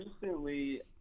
recently